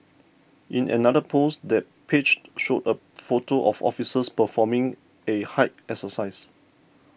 in another post the page showed a photo of officers performing a height exercise